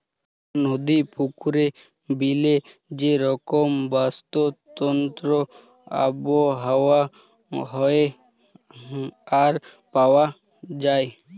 নদি, পুকুরে, বিলে যে রকম বাস্তুতন্ত্র আবহাওয়া হ্যয়ে আর পাওয়া যায়